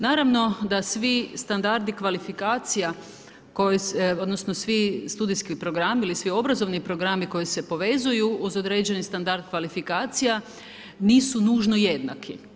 Naravno da svi standardi kvalifikacija odnosno svi studijski programi ili svi obrazovni programi koji se povezuju uz određeni standard kvalifikacija, nisu nužno jednaki.